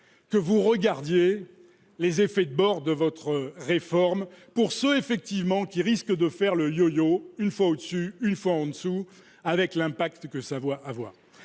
que vous regardiez les effets de bord de votre réforme pour ceux effectivement qui risque de faire le yo-yo une fois au-dessus, une fois en dessous avec l'impact que sa voix à voir.